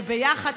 וביחד,